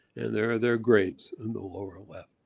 and there are their graves in the lower left.